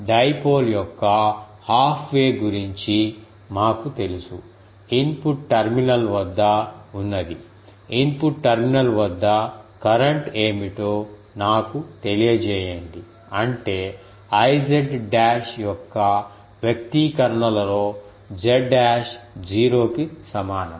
dipole యొక్క half way గురించి మాకు తెలుసు ఇన్పుట్ టెర్మినల్ వద్ద ఉన్నది ఇన్పుట్ టెర్మినల్ వద్ద కరెంట్ ఏమిటో నాకు తెలియజేయండి అంటే I డాష్ యొక్క వ్యక్తీకరణలలో z డాష్ 0 కి సమానం